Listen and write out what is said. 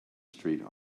street